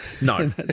No